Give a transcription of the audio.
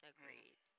Agreed